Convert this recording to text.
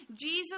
Jesus